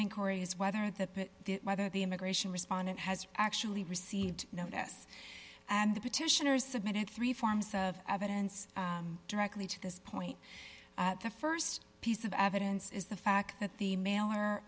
is whether that whether the immigration respondent has actually received notice and the petitioners submitted three forms of evidence directly to this point at the st piece of evidence is the fact that the mail or